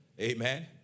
Amen